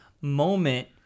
moment